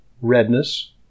redness